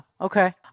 okay